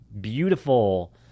beautiful